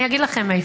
אני אגיד לכם איפה,